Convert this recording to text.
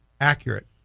accurate